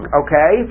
okay